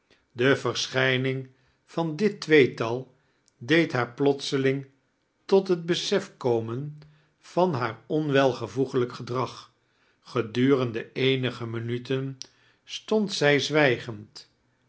de versehijning van dit tweetal deed haar plotseling tot het besef komen van haar onwelvoeglijk gedrag gedurende eenige minuten stond zij zwijgend